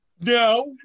No